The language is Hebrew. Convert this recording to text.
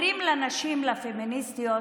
אומרים לנשים, לפמיניסטיות,